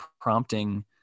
prompting